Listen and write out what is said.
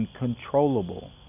uncontrollable